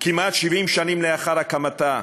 כמעט 70 שנים לאחר הקמתה,